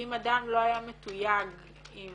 שאם אדם לא היה מתויג עם